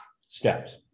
steps